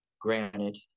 Granted